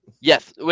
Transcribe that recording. Yes